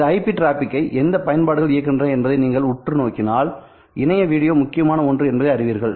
இந்த ஐபி ட்ராஃபிக்கை எந்தெந்த பயன்பாடுகள் இயக்குகின்றன என்பதை நீங்கள் உற்று நோக்கினால்இணைய வீடியோ முக்கியமான ஒன்று என்பதை அறிவீர்கள்